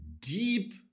deep